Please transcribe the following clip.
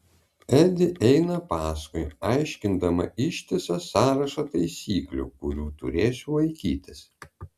edi eina paskui aiškindama ištisą sąrašą taisyklių kurių turėsiu laikytis